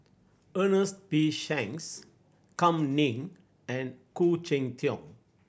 Ernest P Shanks Kam Ning and Khoo Cheng Tiong